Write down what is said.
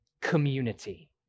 community